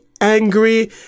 angry